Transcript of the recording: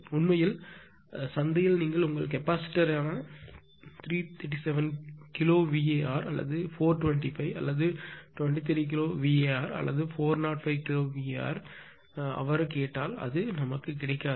உண்மையில் சந்தையில் நீங்கள் உங்கள் கெப்பாசிட்டர்யான 337 கிலோ VAr அல்லது 425 அல்லது 23 கிலோ VAr அல்லது 405 கிலோ VAr ஐக் கேட்டால் அது கிடைக்காது